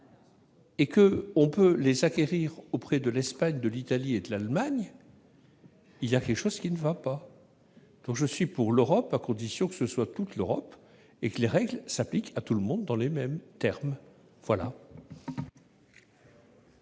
que l'on peut les acquérir auprès de l'Espagne, de l'Italie et de l'Allemagne, il y a quelque chose qui ne va pas. Je suis pour l'Europe, à condition que ce soit toute l'Europe et que les règles s'appliquent à tout le monde dans les mêmes termes. La